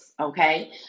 okay